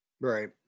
Right